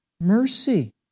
mercy